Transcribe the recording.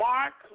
Mark